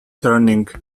turning